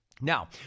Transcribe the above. Now